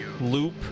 loop